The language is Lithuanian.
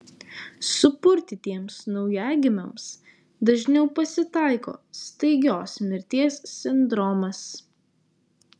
supurtytiems naujagimiams dažniau pasitaiko staigios mirties sindromas